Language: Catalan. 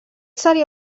seria